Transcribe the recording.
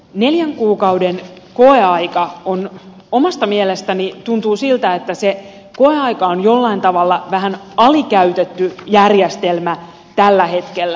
neljän kuukauden koeaika omasta mielestäni tuntuu siltä on jollain tavalla vähän alikäytetty järjestelmä tällä hetkellä